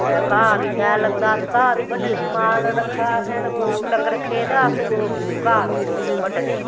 ते घाह् बी शैल लगदा अस घाह् बी बड्ढने माल रक्खा दा असें गौ डंगर रक्खे दे ते अस गौ घाह् बी बड्ढने